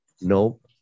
Nope